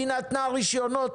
היא נתנה רישיונות?